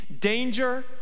danger